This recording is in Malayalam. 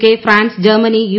K France Germany U